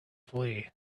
flee